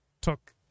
took